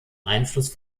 einfluss